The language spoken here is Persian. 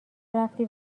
رفتی